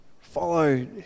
follow